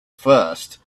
first